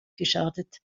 geschadet